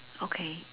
okay